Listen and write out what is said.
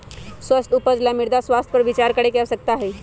स्वस्थ उपज ला मृदा स्वास्थ्य पर विचार करे के आवश्यकता हई